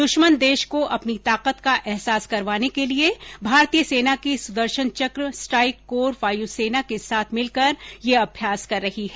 दुश्मन देश को अपनी ताकत का एहसास करवाने के लिए भारतीय सेना की सुदर्शन चक स्ट्राइक कोर वायु सेना के साथ मिलकर ये अभ्यास कर रही है